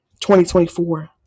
2024